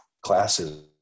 classes